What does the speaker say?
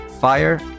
fire